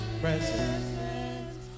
presence